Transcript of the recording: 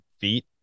feet